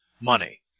money